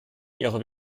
ihrer